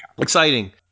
Exciting